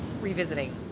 revisiting